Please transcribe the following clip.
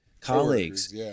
colleagues